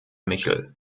michel